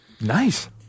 Nice